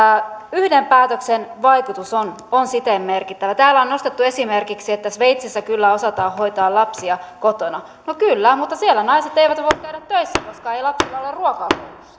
yhden päätöksen vaikutus on on siten merkittävä täällä on nostettu esimerkiksi että sveitsissä kyllä osataan hoitaa lapsia kotona no kyllä mutta siellä naiset eivät voi käydä töissä koska ei lapsilla ole ruokaa